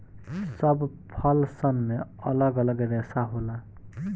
सब फल सन मे अलग अलग रेसा होला